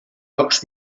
llocs